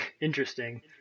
interesting